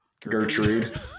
Gertrude